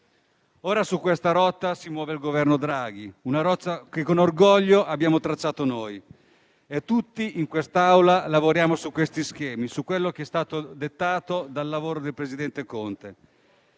Ora su questa rotta si muove il Governo Draghi; una rotta che con orgoglio abbiamo tracciato noi. Tutti in quest'Aula lavoriamo su questi schemi, su quello che è stato dettato dal lavoro del presidente Conte.